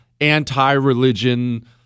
anti-religion